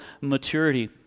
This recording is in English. maturity